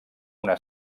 una